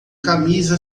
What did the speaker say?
camisa